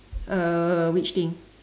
uh which thing